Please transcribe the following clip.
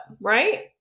Right